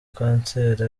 kanseri